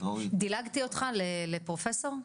דילגתי אותך לפרופסור?